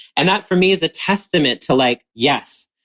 and that for me is a testament to like, yes,